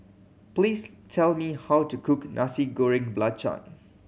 please tell me how to cook Nasi Goreng Belacan